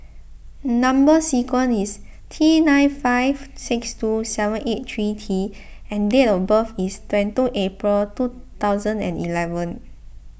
Number Sequence is T nine five six two seven eight three T and date of birth is twenty two April two thousand and eleven